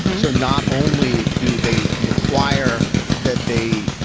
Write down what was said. so not only do they require that they,